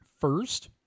first